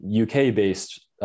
UK-based